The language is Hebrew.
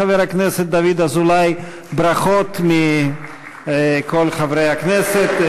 חבר הכנסת דוד אזולאי, ברכות מכל חברי הכנסת.